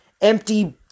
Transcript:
empty